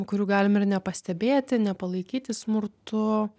kurių galim ir nepastebėti nepalaikyti smurtu